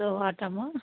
so what అమ్మ